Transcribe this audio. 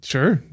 Sure